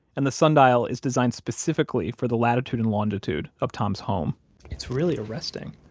and the sundial is designed specifically for the latitude and longitude of tom's home it's really arresting,